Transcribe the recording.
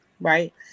right